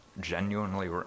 genuinely